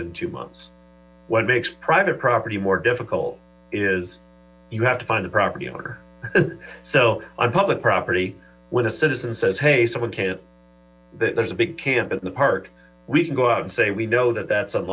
two months what makes private property more difficult is you have to find the property owner so on public property when a citizen says hey someone can't there's a big camp in the park we can go out and say we know that that's